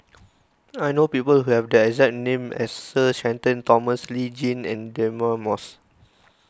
I know people who have the exact name as Sir Shenton Thomas Lee Tjin and Deirdre Moss